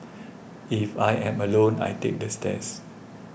if I am alone I take the stairs